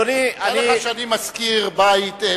תאר לך שאני משכיר בית,